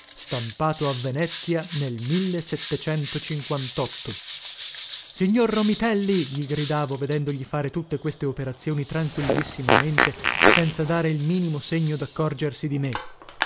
stampato a venezia nel ignor omitelli gli gridavo vedendogli fare tutte queste operazioni tranquillissimamente senza dare il minimo segno daccorgersi di me